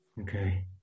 Okay